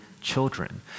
Children